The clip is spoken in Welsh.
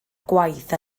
gwaith